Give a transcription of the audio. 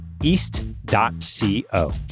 East.co